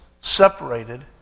separated